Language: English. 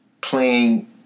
playing